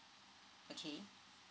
okay